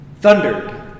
Thundered